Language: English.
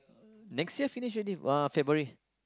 next year finish already uh February